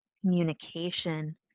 communication